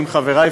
חבר הכנסת יעקב